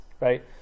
right